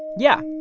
yeah.